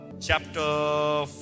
Chapter